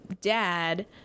dad